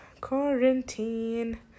quarantine